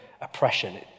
oppression